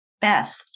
Beth